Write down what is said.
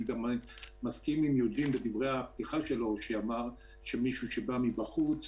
אני גם מסכים עם יוג'ין, שאמר שמישהו שבא מבחוץ...